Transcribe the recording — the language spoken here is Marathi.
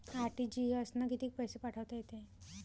आर.टी.जी.एस न कितीक पैसे पाठवता येते?